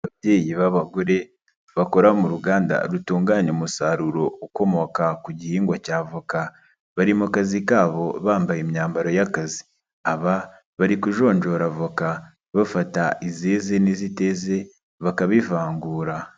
Ababyeyi b'abagore bakora mu ruganda rutunganya umusaruro ukomoka ku gihingwa cy'avoka bari mu kazi kabo bambaye imyambaro y'akazi, aba bari kujonjora avoka bafata izeze n'iziteze bakabivangura.